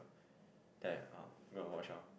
then I oh go and watch lor